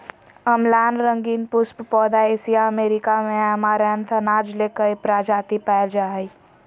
अम्लान रंगीन पुष्प पौधा एशिया अमेरिका में ऐमारैंथ अनाज ले कई प्रजाति पाय जा हइ